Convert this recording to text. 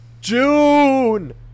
June